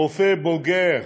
רופא בוגר